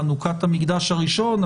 חנוכת המקדש הראשון,